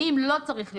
אם לא צריך להיות,